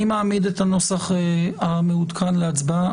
אני מעמיד את הנוסח המעודכן להצבעה.